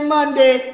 Monday